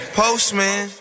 postman